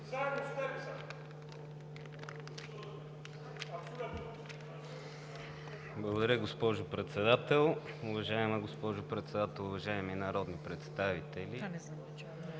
Благодаря Ви, госпожо Председател. Уважаема госпожо Председател, уважаеми народни представители!